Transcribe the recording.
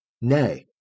Nay